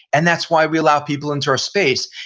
and that's why we allow people into our space.